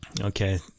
Okay